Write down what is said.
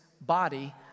body